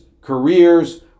careers